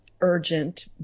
urgent